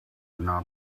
not